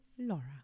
Laura